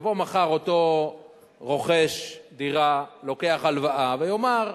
יבוא מחר אותו רוכש דירה, לוקח הלוואה, ויאמר: